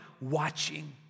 watching